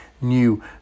new